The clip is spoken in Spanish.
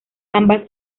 ambas